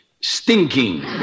stinking